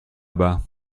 bas